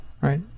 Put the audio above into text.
Right